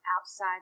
outside